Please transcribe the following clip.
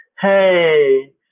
hey